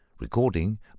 Recording